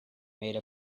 made